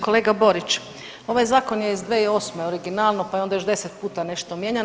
Kolega Borić, ovaj zakon je iz 2008. originalno pa je onda još deset puta nešto mijenjano.